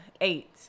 Eight